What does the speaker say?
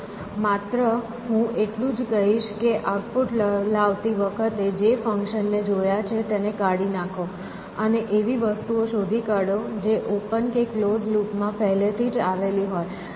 હું માત્ર એટલું જ કહીશ કે આઉટપુટ લાવતી વખતે જે ફંકશન ને જોયા છે તેને કાઢી નાખો અને એવી વસ્તુઓ શોધી કાઢો કે જે ઓપન કે કલોઝ લૂપ માં પહેલેથી જ આવેલી હોય